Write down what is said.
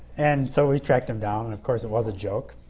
and so he tracked him down and, of course, it was a joke.